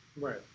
Right